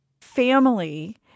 Family